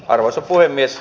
arvoisa puhemies